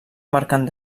marcant